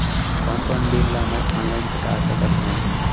कोन कोन बिल ला मैं ऑनलाइन पटा सकत हव?